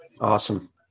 Awesome